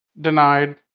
Denied